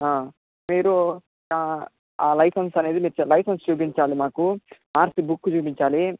మీరు ఆ లైసెన్స్ అనేది మీరు లైసెన్స్ చూపించాలి మాకు ఆర్సి బుక్కు చూపించాలి